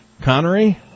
Connery